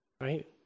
Right